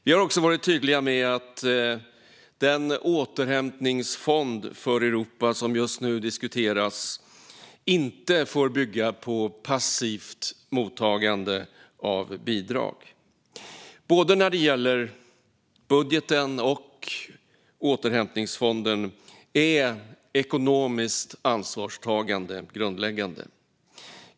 Vi har också varit tydliga med att den återhämtningsfond för Europa som just nu diskuteras inte får bygga på passivt mottagande av bidrag. När det gäller både budgeten och återhämtningsfonden är ekonomiskt ansvarstagande grundläggande.